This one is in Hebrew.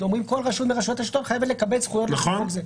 אומרים: כל רשות מרשויות השלטון חייבת לכבד זכויות -- נכון.